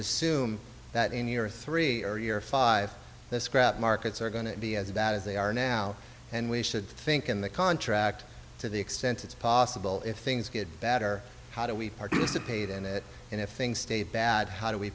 assume that in your three or year five the scrap markets are going to be as bad as they are now and we should think in the contract to the extent it's possible if things get better how do we participate in it and if things stay bad how do we